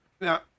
Now